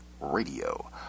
radio